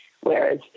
whereas